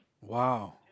Wow